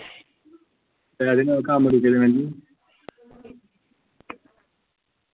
त्रै दिन होये कम्म रूके दे मैडम जी